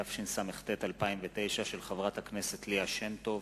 התשס”ט 2009, מאת חברת הכנסת ליה שמטוב,